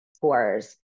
tours